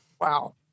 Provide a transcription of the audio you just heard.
wow